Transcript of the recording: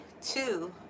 two